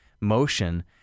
motion